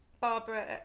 Barbara